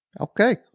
Okay